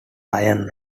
iron